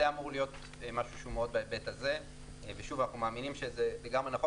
אנחנו מאמינים שמה שאתה אומר לגמרי נכון.